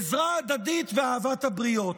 עזרה הדדית ואהבת הבריאות".